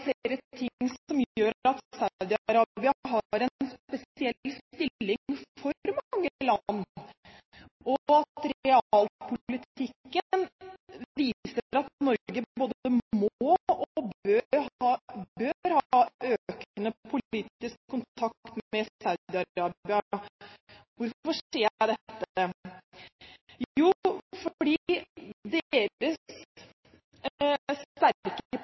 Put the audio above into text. at Saudi-Arabia har en spesiell stilling for mange land. Realpolitikken viser at Norge både må og bør ha økende politisk kontakt med Saudi-Arabia. Hvorfor sier jeg dette? Jo, det